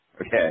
Okay